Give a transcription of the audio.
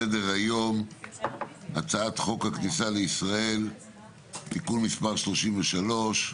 על סדר היום הצעת חוק הכניסה לישראל (תיקון מספר 33)